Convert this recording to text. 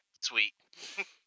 Sweet